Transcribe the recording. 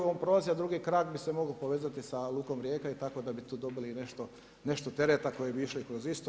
On prolazi, a drugi krak bi se mogao povezati sa lukom Rijeka tako da bi tu dobili i nešto tereta koji bi išli kroz Istru.